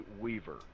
Weaver